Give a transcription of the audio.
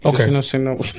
Okay